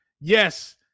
Yes